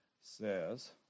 says